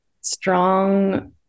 strong